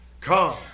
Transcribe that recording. Come